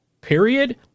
Period